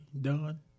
done